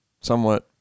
somewhat